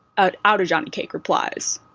ah outerjohnnycake replies.